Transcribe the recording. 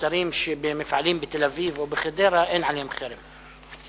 מוצרים ממפעלים בתל-אביב או בחדרה, אין עליהם חרם.